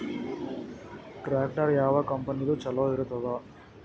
Tractor ಯಾವ ಕಂಪನಿದು ಚಲೋ ಇರತದ?